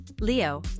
Leo